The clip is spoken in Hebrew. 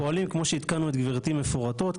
פועלים כמו שעדכנו את גברתי מפורטות,